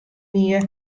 wie